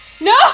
No